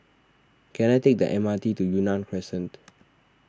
can I take the M R T to Yunnan Crescent